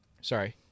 sorry